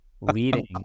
leading